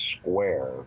square